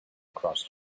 across